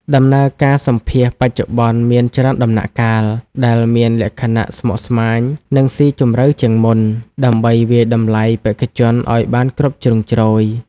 ដំណើរការសម្ភាសន៍បច្ចុប្បន្នមានច្រើនដំណាក់កាល ដែលមានលក្ខណៈស្មុគស្មាញ និងស៊ីជម្រៅជាងមុន ដើម្បីវាយតម្លៃបេក្ខជនឲ្យបានគ្រប់ជ្រុងជ្រោយ។